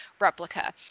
replica